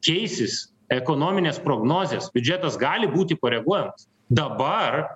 keisis ekonominės prognozės biudžetas gali būti koreguojamas dabar